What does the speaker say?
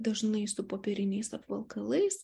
dažnai su popieriniais apvalkalais